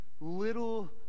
little